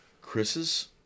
Chris's